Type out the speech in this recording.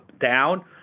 down